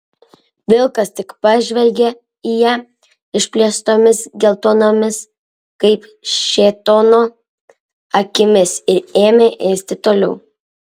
vilkas tik pažvelgė į ją išplėstomis geltonomis kaip šėtono akimis ir ėmė ėsti toliau